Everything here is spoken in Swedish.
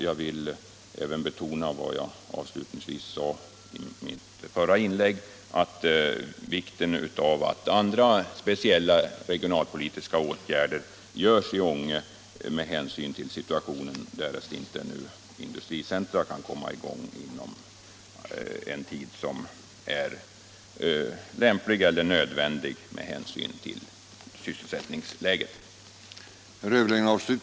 Jag vill även betona vad jag framhöll i mitt förra inlägg, nämligen vikten av att andra speciella regionalpolitiska åtgärder vidtas i Ånge med hänsyn till situationen där, därest nu inte ett industricentrum kan etableras inom sådan tid som är nödvändig med hänsyn till sysselsättningsläget.